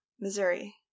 Missouri